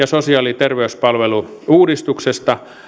sosiaali ja terveyspalvelu uudistuksesta